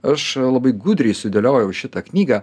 aš labai gudriai sudėliojau šitą knygą